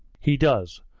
he does.